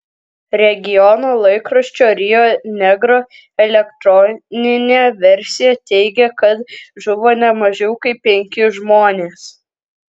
regiono laikraščio rio negro elektroninė versija teigia kad žuvo ne mažiau kaip penki žmonės